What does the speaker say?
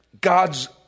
God's